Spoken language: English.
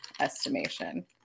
estimation